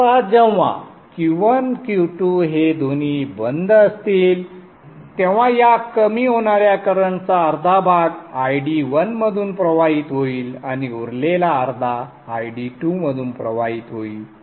आता जेव्हा Q1 Q2 हे दोन्ही बंद असतील तेव्हा या कमी होणाऱ्या करंटचा अर्धा भाग D1 मधून प्रवाहित होईल आणि उरलेला अर्धा ID2 मधून प्रवाहित होईल